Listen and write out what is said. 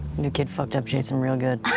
new kid fucked up jason real good.